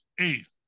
eighth